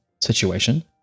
situation